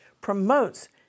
promotes